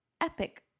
epic